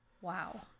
Wow